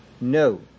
no